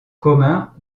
commun